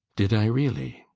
did i really.